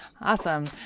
Awesome